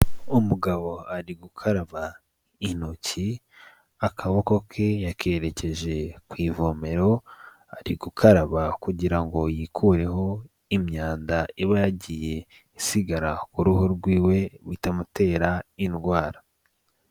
Umugabo ari gukaraba intoki, akaboko ke yakerekeje ku ivomero, ari gukaraba kugira ngo yikureho imyanda iba yagiye isigara ku ruhu rwiwe ngo itamutera indwara.